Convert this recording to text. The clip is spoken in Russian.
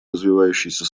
развивающиеся